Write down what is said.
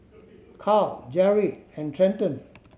Karl Jeri and Trenton